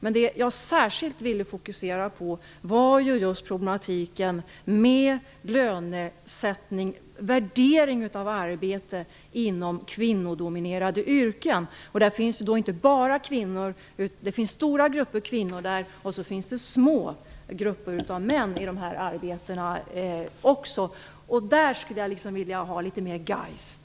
Men det jag särskilt vill fokusera på är problemen med lönesättning och värdering av arbete inom kvinnodominerade yrken. Det finns stora grupper av kvinnor och det finns små grupper av män inom dessa yrken. Där skulle jag vilja se litet mera geist.